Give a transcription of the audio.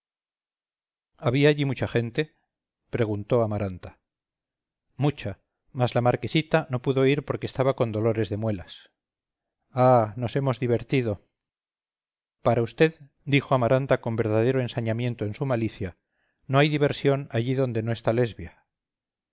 había allí mucha gente preguntó amaranta mucha mas la marquesita no pudo ir porque estaba con dolor de muelas ah nos hemos divertido para vd dijo amaranta con verdadero ensañamiento en su malicia no hay diversión allí donde no está lesbia